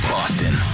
Boston